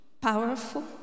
powerful